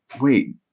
wait